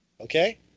Okay